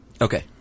Okay